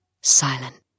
silent